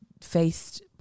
faced